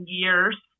years